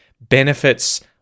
benefits